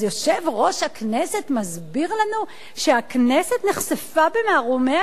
אז יושב-ראש הכנסת מסביר לנו שהכנסת נחשפה במערומיה,